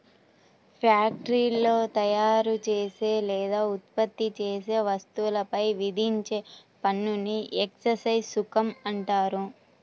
ఫ్యాక్టరీలో తయారుచేసే లేదా ఉత్పత్తి చేసే వస్తువులపై విధించే పన్నుని ఎక్సైజ్ సుంకం అంటారు